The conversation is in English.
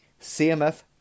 CMF